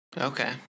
Okay